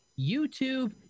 YouTube